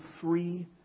three